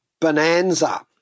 Bonanza